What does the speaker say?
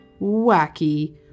wacky